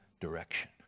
Direction